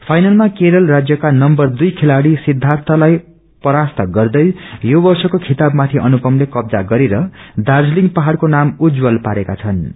फाइनलमा केरल राज्यका नम्वर दुई खेलाडी सिर्दाथलाई परास्त गर्दै यो वर्षको खिताब माथि अनुपमले कब्जा गरेर दार्जीलिङ पहाइको नाम उज्ज्वलन पारेका ्र्